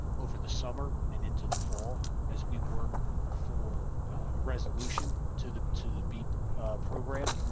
over the summer and into the fall, as we work for a resolution to the to the beep program,